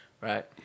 Right